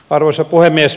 arvoisa puhemies